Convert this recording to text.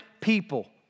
people